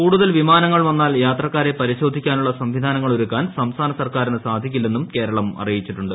കൂടുതൽ വിമാനങ്ങൾ വന്നാൽ യാത്രക്കാരെ പരിശോധി ക്കാനുള്ള സംവിധാനങ്ങളൊരു ക്കാൻ സംസ്ഥാന സർക്കാ രിന് സാധിക്കില്ലെന്നും കേരളം അറിയിച്ചിട്ടുണ്ട്